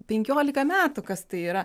penkiolika metų kas tai yra